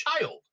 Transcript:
child